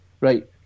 right